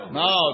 no